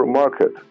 market